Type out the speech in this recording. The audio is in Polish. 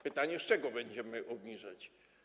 Pytanie, z czego będziemy obniżać.